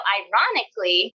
ironically